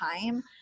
time